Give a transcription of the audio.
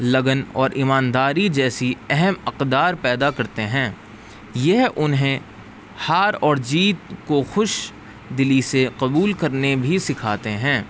لگن اور ایمانداری جیسی اہم اقدار پیدا کرتے ہیں یہ انہیں ہار اور جیت کو خوش دلی سے قبول کرنے بھی سکھاتے ہیں